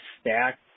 stack